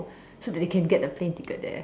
so that they can get the plane ticket there